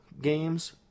games